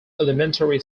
elementary